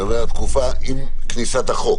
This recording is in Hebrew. אתה מדבר על תקופה עם כניסת החוק?